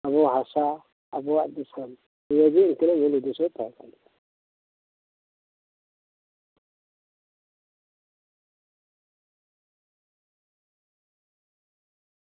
ᱟᱵᱚᱣᱟᱜ ᱦᱟᱥᱟ ᱟᱵᱚᱣᱟᱜ ᱫᱤᱥᱚᱢ ᱱᱤᱭᱟᱹᱜᱮ ᱩᱱᱠᱤᱱᱟᱜ ᱢᱩᱞ ᱩᱫᱽᱫᱮᱥᱚ ᱫᱚ ᱛᱟᱦᱮᱸᱠᱟᱱ ᱛᱟᱹᱠᱤᱱ ᱢᱮ